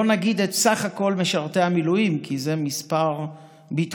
לא נגיד את סך כל משרתי הביטחון כי זה מספר ביטחוני,